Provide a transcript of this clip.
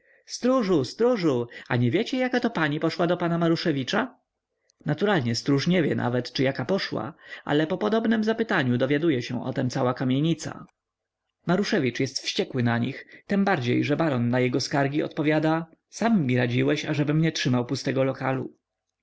stróżu stróżu a nie wiecie jakato pani poszła do pana maruszewicza naturalnie stróż nie wie nawet czy jaka poszła ale po podobnem zapytaniu dowiaduje się o tem cała kamienica maruszewicz jest wściekły na nich tembardziej że baron na jego skargi odpowiada sam mi radziłeś ażebym nie trzymał pustego lokalu